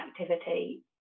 activity